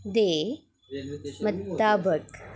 दे मताबक